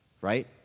right